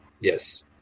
Yes